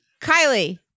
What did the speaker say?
Kylie